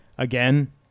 Again